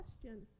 question